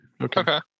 Okay